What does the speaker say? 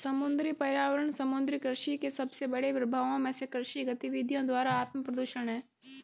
समुद्री पर्यावरण समुद्री कृषि के सबसे बड़े प्रभावों में से कृषि गतिविधियों द्वारा आत्मप्रदूषण है